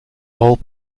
all